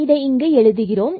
இதை இங்கு எழுதுகிறோம்